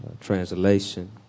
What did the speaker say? translation